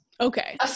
Okay